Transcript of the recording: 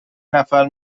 نفری